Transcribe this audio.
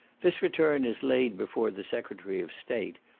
this return is laid before the secretary of state,